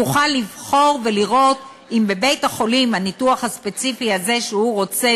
יוכל לבחור ולראות אם בבית-החולים הניתוח הספציפי הזה שהוא רוצה,